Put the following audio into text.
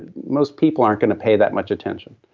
and most people aren't going to pay that much attention.